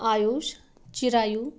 Ayush Chirayu